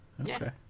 Okay